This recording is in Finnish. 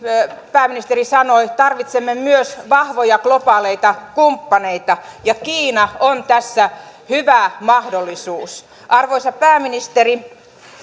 pääministeri sanoi tarvitsemme myös vahvoja globaaleita kumppaneita ja kiina on tässä hyvä mahdollisuus arvoisa pääministeri